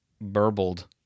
burbled